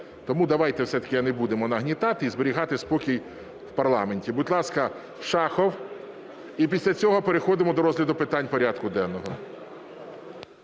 Тому давайте все-таки не будемо нагнітати і зберігати спокій в парламенті. Будь ласка, Шахов. І після цього переходимо до розгляду питань порядку денного.